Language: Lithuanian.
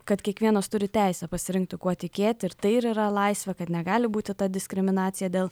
kad kiekvienas turi teisę pasirinkti kuo tikėti ir tai ir yra laisvė kad negali būti ta diskriminacija dėl